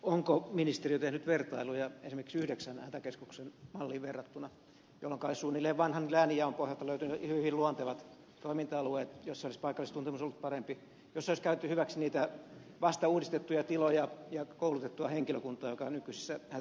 onko ministeriö tehnyt vertailuja esimerkiksi yhdeksän hätäkeskuksen malliin jolloinka olisi suunnilleen vanhan läänijaon pohjalta löytynyt hyvin luontevat toiminta alueet joilla olisi paikallistuntemus ollut parempi joilla olisi käytetty hyväksi vasta uudistettuja tiloja ja sitä koulutettua henkilökuntaa joka nykyisissä hätäkeskuksissa on